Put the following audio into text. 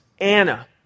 Anna